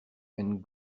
and